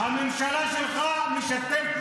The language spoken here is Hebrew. הממשלה שלך,